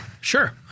Sure